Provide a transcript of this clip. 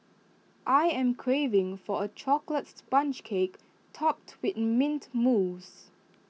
I am craving for A Chocolate Sponge Cake Topped with Mint Mousse